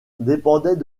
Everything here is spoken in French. dépendait